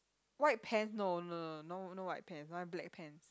white pants no no no no no no white pants one black pants